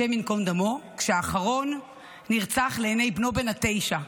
השם ייקום דמו, והאחרון נרצח לעיני בנו בן התשע.